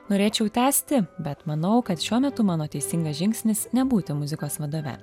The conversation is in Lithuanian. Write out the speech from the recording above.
norėčiau tęsti bet manau kad šiuo metu mano teisingas žingsnis nebūti muzikos vadove